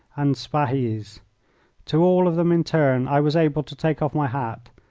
and spahis. to all of them in turn i was able to take off my hat,